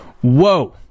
Whoa